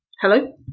Hello